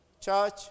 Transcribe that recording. Church